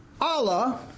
Allah